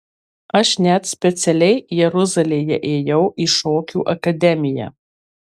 aš net specialiai jeruzalėje ėjau į šokių akademiją